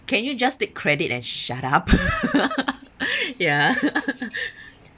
can you just take credit and shut up ya